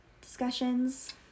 discussions